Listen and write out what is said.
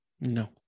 No